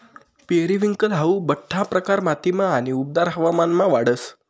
periwinkle हाऊ बठ्ठा प्रकार मातीमा आणि उबदार हवामानमा वाढस